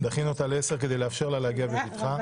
דחינו אותה לשעה 10:00 כדי לאפשר לה להגיע בבטחה.